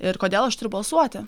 ir kodėl aš turiu balsuoti